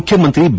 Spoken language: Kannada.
ಮುಖ್ಯಮಂತ್ರಿ ಬಿ